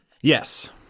Yes